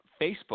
Facebook